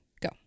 go